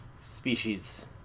species